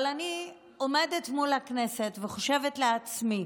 אבל אני עומדת מול הכנסת וחושבת לעצמי